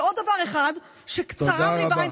ועוד דבר אחד, שקצרה, תודה רבה.